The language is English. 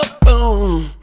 Boom